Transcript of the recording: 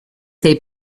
they